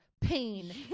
pain